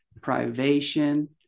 privation